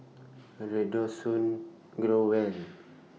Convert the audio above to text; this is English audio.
Redoxon Growell